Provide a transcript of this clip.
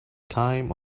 time